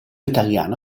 italiano